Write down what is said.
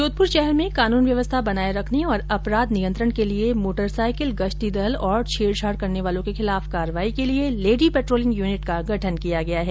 जोधपुर शहर में कानून व्यवस्था बनाए रखने और अपराध नियंत्रण के लिए मोटरसाइकिल गश्ती दल तथा छेड़छाड़ करने वालों के खिलाफ कार्रवाई के लिए लेडी पेट्रोलिंग यूनिट का गठन किया गया है